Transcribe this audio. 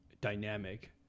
dynamic